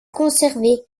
conservé